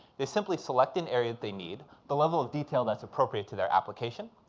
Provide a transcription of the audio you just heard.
they simply select an area that they need, the level of detail that's appropriate to their application,